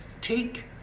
Take